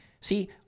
See